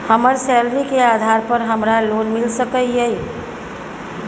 हमर सैलरी के आधार पर हमरा लोन मिल सके ये?